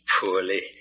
Poorly